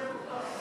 חזרה.